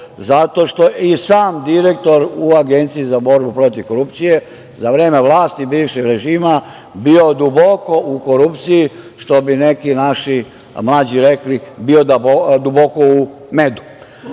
zato što i sam direktor u Agenciji za borbu protiv korupcije za vreme vlasti bivšeg režima bio duboko u korupciji, što bi neki naši mlađi rekli – bio duboko u medu